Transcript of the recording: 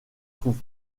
trouve